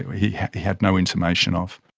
he had no intimation of.